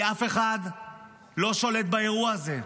כי אף אחד לא שולט באירוע הזה.